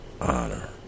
honor